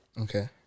Okay